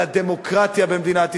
על הדמוקרטיה במדינת ישראל.